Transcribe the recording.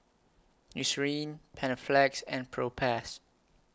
Eucerin Panaflex and Propass